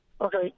Okay